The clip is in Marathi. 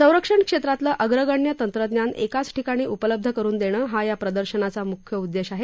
संरक्षण क्षेत्रातलं अग्रगण्य तंत्रज्ञान एकाच ठिकाणी उपलब्ध करुन देणं हा या प्रदर्शनाचा मुख्य उद्देश आहे